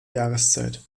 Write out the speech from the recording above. jahreszeit